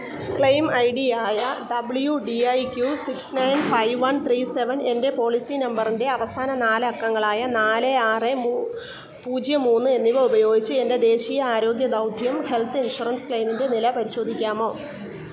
claim I D യായ W D I Q six nine five one three seven എൻ്റെ policy നമ്പറിൻ്റെ അവസാന നാല് അക്കങ്ങളായ നാല് ആറ് പൂജ്യം മൂന്ന് എന്നിവ ഉപയോഗിച്ച് എൻ്റെ ദേശീയ ആരോഗ്യ ദൗത്യം ഹെൽത്ത് ഇൻഷുറൻസ് ക്ലെയിമിൻ്റെ നില പരിശോധിക്കാമോ